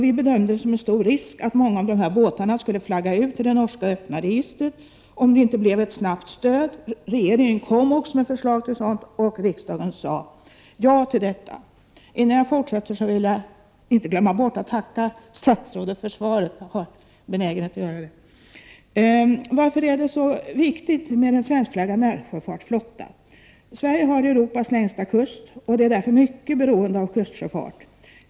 Vi bedömde det som en stor risk att många av dessa båtar skulle flagga ut i det norska öppna registret, om ett stöd inte kom till stånd snart. Regeringen kom också med förslag, och riksdagen sade ja till detta. Innan jag fortsätter vill jag passa på att tacka statsrådet för svaret. Varför är det då så viktigt med en svenskflaggad närsjöfartsflotta? Sverige har Europas längsta kust och är därför mycket beroende av kustsjöfart.